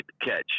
catch